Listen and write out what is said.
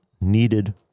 needed